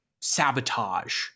sabotage